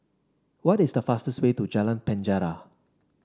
what is the fastest way to Jalan Penjara